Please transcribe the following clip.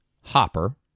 Hopper